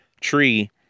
tree